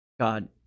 God